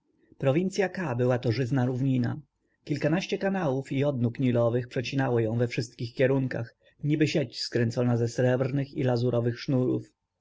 ka była to żyzna równina kilkanaście kanałów i odnóg nilowych przecinało ją we wszystkich kierunkach niby sieć skręcona ze srebrnych i lazurowych sznurów